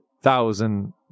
thousand